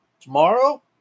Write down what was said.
tomorrow